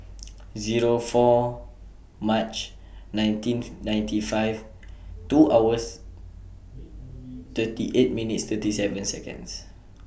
Zero four March nineteenth ninety five two hours thirty eight minutes thirty seven Seconds